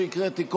שהקראתי קודם,